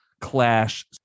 clash